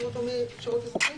שירות לאומי-אזרחי.